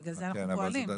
בגלל זה אנחנו פועלים.